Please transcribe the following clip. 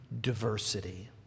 diversity